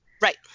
right